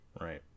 right